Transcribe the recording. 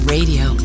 Radio